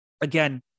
again